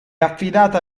affidata